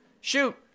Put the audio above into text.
shoot